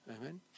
Amen